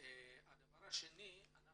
אנחנו